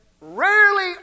rarely